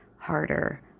harder